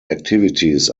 activities